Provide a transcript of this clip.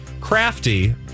crafty